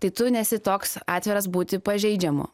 tai tu nesi toks atviras būti pažeidžiamu